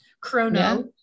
Chrono